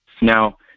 Now